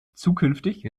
zukünftig